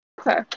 okay